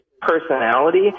personality